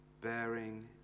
bearing